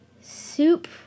soup